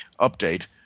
update